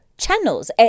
Channels